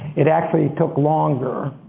it actually took longer.